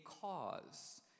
cause